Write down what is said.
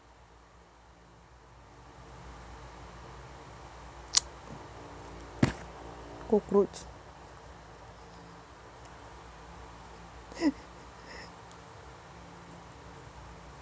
cockroach